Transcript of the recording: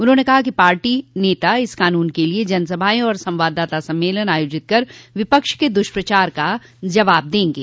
उन्होंने कहा कि पार्टी नेता इस कानून के लिए जनसभाएं और संवाददाता सम्मेलन आयाजित करके विपक्ष के दुष्प्रचार का जवाब देंगे